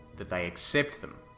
that they accept them.